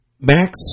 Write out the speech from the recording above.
Max